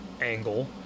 angle